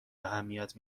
اهمیت